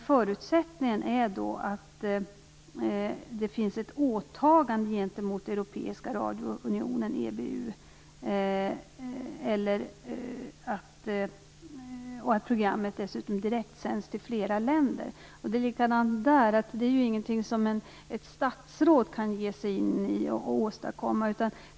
Förutsättningen är att det finns ett åtagande gentemot EBU, Europeiska radiounionen, och att programmet direktsänds till flera länder. Det är ingenting som ett statsråd kan åstadkomma.